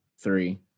three